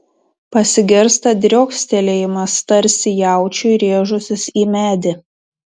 pasigirsta driokstelėjimas tarsi jaučiui rėžusis į medį